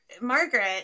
Margaret